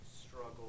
struggle